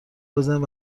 بزنید